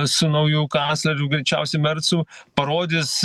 su nauju kancleriu greičiausiai mercu parodys